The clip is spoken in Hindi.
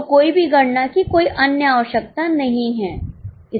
तो किसी भी गणना की कोई अन्य आवश्यकता नहीं है